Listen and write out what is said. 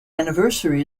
anniversary